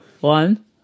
One